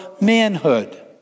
manhood